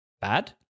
bad